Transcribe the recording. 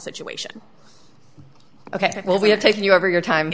situation ok well we have taken you over your time